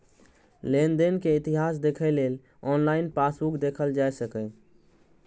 लेनदेन के इतिहास देखै लेल ऑनलाइन पासबुक देखल जा सकैए